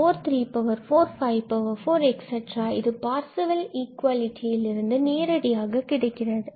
etc இது பார்சவெல் இக்குவாலிடி இல் இருந்து நேரடியாக கிடைக்கிறது